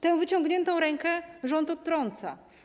Tę wyciągniętą rękę rząd odtrąca.